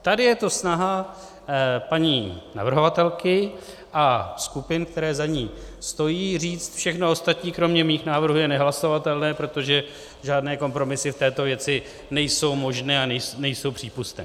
Tady je to snaha paní navrhovatelky a skupin, které za ní stojí, říct, všechno ostatní kromě mých návrhů je nehlasovatelné, protože žádné kompromisy v této věci nejsou možné a nejsou přípustné.